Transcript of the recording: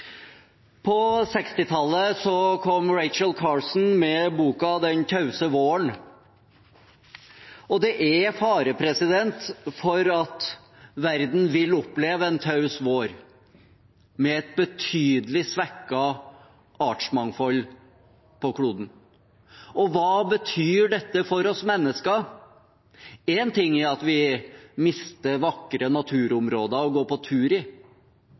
På 1960-tallet kom Rachel Carson med boken «Den tause våren». Det er fare for at verden vil oppleve en taus vår med et betydelig svekket artsmangfold på kloden. Hva betyr dette for oss mennesker? Én ting er at vi mister vakre naturområder å gå på tur i.